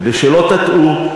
כדי שלא תַטעו,